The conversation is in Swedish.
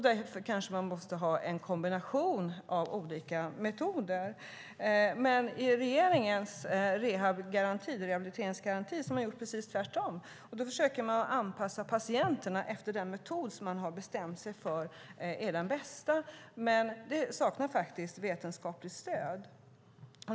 Därför måste man kanske ha en kombination av olika metoder. Men i regeringens rehabiliteringsgaranti har man gjort precis tvärtom. Man försöker anpassa patienterna efter den metod som man har bestämt sig för är den bästa. Men det saknar faktiskt vetenskapligt stöd.